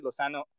Lozano